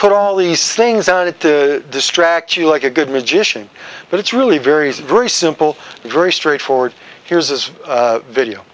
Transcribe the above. put all these things on it to distract you like a good magician but it's really very it's very simple and very straightforward here's this video